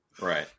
Right